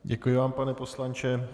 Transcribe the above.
Děkuji vám, pane poslanče.